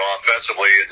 Offensively